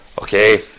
okay